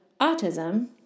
autism